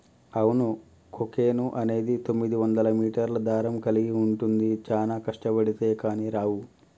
అవును కోకెన్ అనేది తొమ్మిదివందల మీటర్ల దారం కలిగి ఉంటుంది చానా కష్టబడితే కానీ రావు